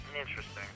Interesting